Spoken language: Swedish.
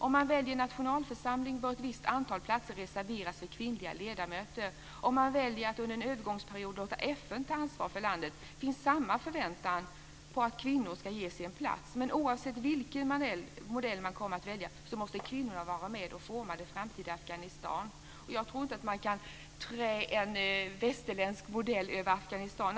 Om man väljer nationalförsamling bör ett visst antal platser reserveras för kvinnliga ledamöter. Om man väljer att under en övergångsperiod låta FN ta ansvar för landet finns samma förväntan på att kvinnor ska ges en plats. Men oavsett vilken modell man kommer att välja måste kvinnorna vara med och forma det framtida Afghanistan. Jag tror inte att man kan trä en västerländsk modell över Afghanistan.